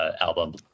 album